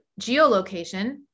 geolocation